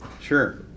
Sure